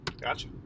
Gotcha